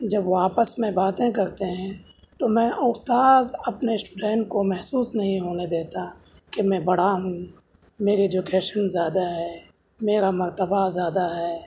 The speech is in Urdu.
جب وہ آپس میں باتیں کرتے ہیں تو میں اور استاذ اپنے اسٹوڈنٹ کو محسوس نہیں ہونے دیتا کہ میں بڑا ہوں میرے ایجوکیشن زیادہ ہے میرا مرتبہ زیادہ ہے